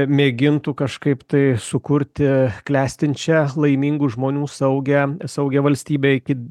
mėgintų kažkaip tai sukurti klestinčią laimingų žmonių saugią saugią valstybę iki